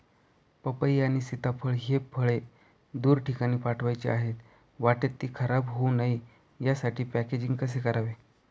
पपई आणि सीताफळ हि फळे दूर ठिकाणी पाठवायची आहेत, वाटेत ति खराब होऊ नये यासाठी पॅकेजिंग कसे करावे?